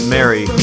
Mary